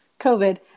covid